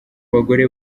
bagore